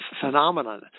phenomenon